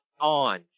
on